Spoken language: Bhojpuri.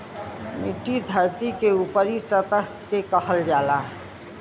मट्टी धरती के ऊपरी सतह के कहल जाला